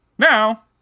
Now